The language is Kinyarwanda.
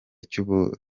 cyo